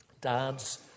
Dads